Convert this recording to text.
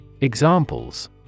Examples